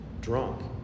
drunk